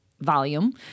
volume